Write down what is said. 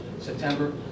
September